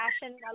fashion